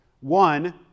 one